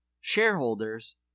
shareholders